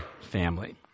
family